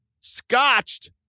scotched